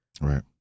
right